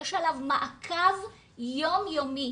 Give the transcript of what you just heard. יש עליו מעקב יום יומי.